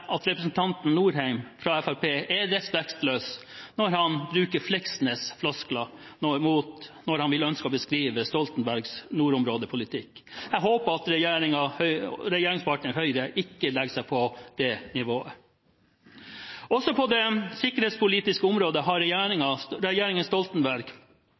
at representanten Norheim fra Fremskrittspartiet er respektløs når han bruker Fleksnes-floskler når han ønsker å beskrive Stoltenbergs nordområdepolitikk. Jeg håper at regjeringspartneren Høyre ikke legger seg på det nivået. Også på det sikkerhetspolitiske området tok regjeringen Stoltenberg